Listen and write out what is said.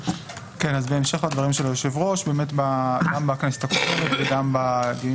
בהמשך לדברים של היושב-ראש גם בכנסת הקודמת וגם בדיונים